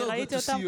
אני ראיתי אותם,